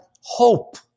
hope